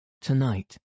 Tonight